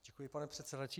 Děkuji, pane předsedající.